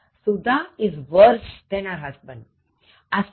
Sudha is worse than her husband